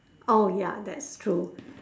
oh ya that's true